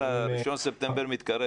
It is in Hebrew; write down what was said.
ה-1 בספטמבר מתקרב.